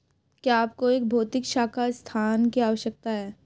क्या आपको एक भौतिक शाखा स्थान की आवश्यकता है?